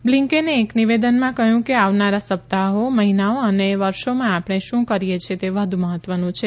બ્લિન્કેને એક નિવેદનમાં કહ્યું કે આવનારા સપ્તાહો મહિનાઓ અને વર્ષોમાં આપણે શું કરીએ છીએ તે વધુ મહત્વનું છે